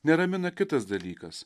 neramina kitas dalykas